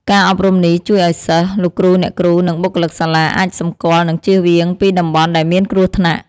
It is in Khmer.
ការអប់រំនេះជួយឲ្យសិស្ស លោកគ្រូ អ្នកគ្រូ និងបុគ្គលិកសាលាអាចសម្គាល់និងជៀសវាងពីតំបន់ដែលមានគ្រោះថ្នាក់។